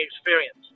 experience